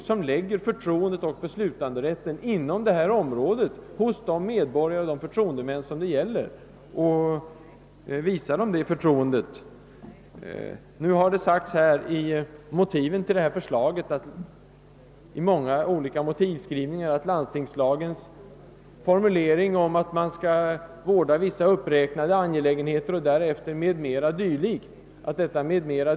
De medborgare och förtroendemän som är berörda bör ges det förtroendet att beslutanderätten om arbetsfördelningen läggs hos dem. Det har i olika sammanhang i förarbetena till den föreslagna lagen anförts att landstingslagens formulering, där det heter att vissa uppräknade angelägenheter skall skötas, varefter tillägges orden »m.m.